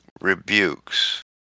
rebukes